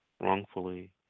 wrongfully